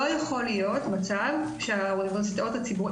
לא יכול להיות מצב שהאוניברסיטאות הציבורית בישראל,